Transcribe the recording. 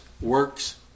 works